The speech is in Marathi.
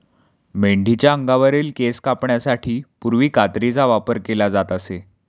मेंढीच्या अंगावरील केस कापण्यासाठी पूर्वी कात्रीचा वापर केला जात असे